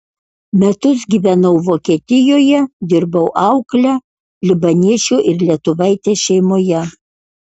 metus gyvenau vokietijoje dirbau aukle libaniečio ir lietuvaitės šeimoje